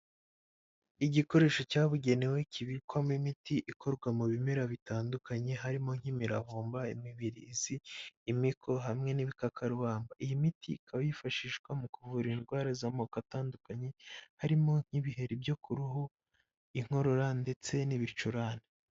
Igikoresho cyabugenewe kibikwamo imiti ikorwa mu bimera bitandukanye: harimo nk'imiravumba, imibirizi, imiko hamwe n'ibikakarubamba. Iyi miti ikaba yifashishwa mu kuvura indwara z'amoko atandukanye harimo nk'ibiheri byo kuhu, inkorora ndetse n'ibicurane.